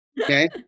okay